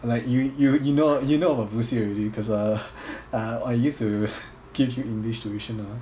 and like you you you know you know about 补习 already cause err uh I used to give english tuition ah